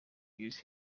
his